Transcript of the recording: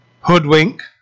Hoodwink